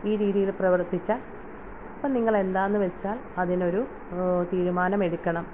ഈ രീതിയിൽ പ്രവർത്തിച്ചാൽ അപ്പം നിങ്ങളെന്താന്നു വെച്ചാൽ അതിനൊരു തീരുമാനം എടുക്കണം